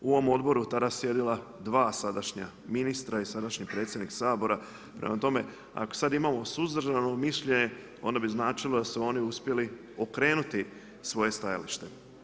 U ovom odboru tada su sjedila dva sadašnja ministra i sadašnji predsjednik Sabora, prema tome ako sad imamo suzdržano mišljenje onda bi značilo da su oni uspjeli okrenuti svoje stajalište.